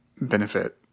benefit